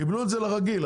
קיבלו את זה לרגיל.